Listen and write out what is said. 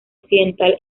occidental